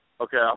Okay